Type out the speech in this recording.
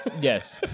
yes